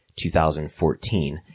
2014